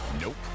nope